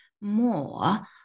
more